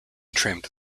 trimmed